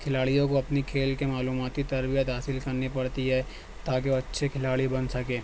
کھلاڑیو کو اپنی کھیل کے معلوماتی تربیت حاصل کرنی پڑتی ہے تا کہ وہ اچّھے کھلاڑی بن سکیں